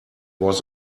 was